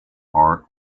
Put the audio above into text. art